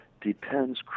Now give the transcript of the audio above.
depends